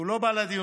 שלא בא לדיונים